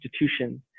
institutions